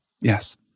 Yes